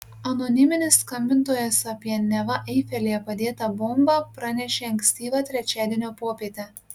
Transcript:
anoniminis skambintojas apie neva eifelyje padėtą bombą pranešė ankstyvą trečiadienio popietę